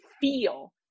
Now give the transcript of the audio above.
feel